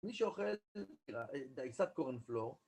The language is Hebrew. מי שאוכל דייסת קורנפלור